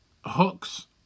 Hook's